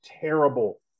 terrible